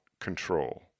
control